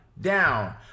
down